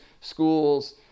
schools